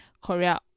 korea